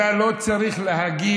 בכל זאת, אתה לא צריך להגיב